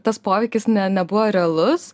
tas poveikis ne nebuvo realus